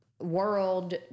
world